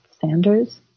Sanders